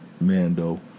Mando